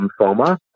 lymphoma